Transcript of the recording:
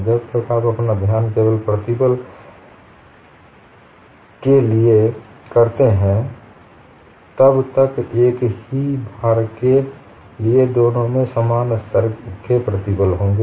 जब तक आप अपना ध्यान केवल प्रतिबल के लिए से करते हैं तब तक एक ही भार के लिए दोनों में समान स्तर के प्रतिबल होंगे